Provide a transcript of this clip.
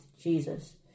Jesus